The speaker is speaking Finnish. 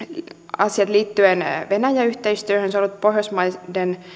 asian liittyen venäjä yhteistyöhön se on ollut pohjoismaiden